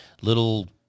little